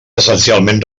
essencialment